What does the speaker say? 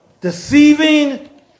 Deceiving